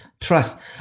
trust